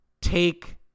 take